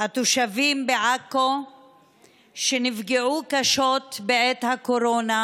שהתושבים בעכו שנפגעו קשות בעת הקורונה,